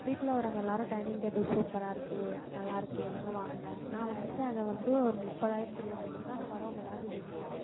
வீட்டில் வரவங்க எல்லாேரும் டைனிங் டேபிள் சூப்பராக இருக்குது நல்லாயிருக்கு எங்கே வாங்கின நான் வந்துட்டு அதை வந்து ஒரு முப்பதாயிரத்துக்கு வாங்கியிருந்தேன் ஆனால் வரவங்க எல்லாேரும் இது எப்படி